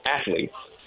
athletes